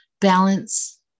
balance